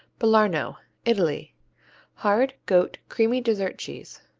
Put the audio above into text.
belarno italy hard goat creamy dessert cheese.